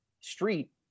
street